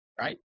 right